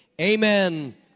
Amen